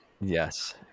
yes